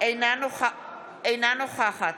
אינה נוכחת